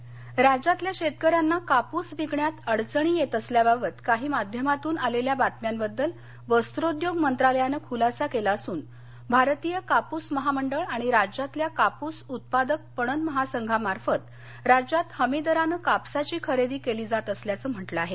कापस खरेदी राज्यातल्या शेतकऱ्यांना कापूस विकण्यात अडचणी येत असल्याबाबत काही माध्यमातून आलेल्या बातम्यांबद्दल वस्त्रोद्योग मंत्रालयानं खुलासा केला असून भारतीय कापूस महामंडळ आणि राज्यातल्या कापूस उत्पादक पणन महासंघामार्फत राज्यात हमीदरानं कापसाची खरेदी केली जात असल्याचं म्हटलं आहे